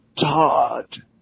Todd